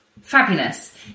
Fabulous